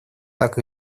так